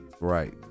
right